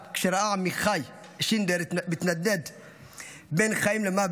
כשראה את עמיחי שינדלר מתנדנד בין חיים למוות,